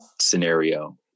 scenario